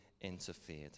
interfered